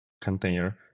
container